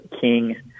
king